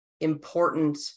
important